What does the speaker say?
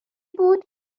بود